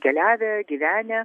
keliavę gyvenę